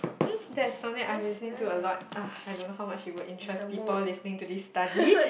mm that's something I've been listening to a lot ugh I don't know how much it will interest people listening to this study